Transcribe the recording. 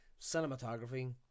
cinematography